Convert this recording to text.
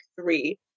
three